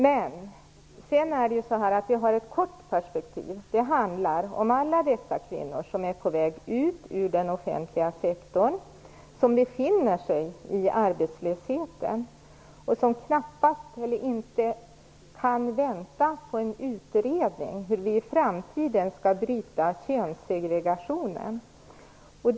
Men vi har också ett kort perspektiv. Det handlar om alla dessa kvinnor som är på väg ut ur den offentliga sektorn, som befinner sig i arbetslösheten och som inte kan vänta på en utredning om hur vi i framtiden skall bryta könssegregationen.